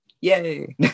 yay